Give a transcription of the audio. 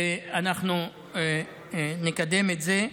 ואנחנו נקדם את זה.